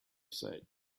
said